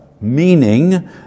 meaning